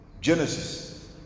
Genesis